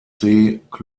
clubs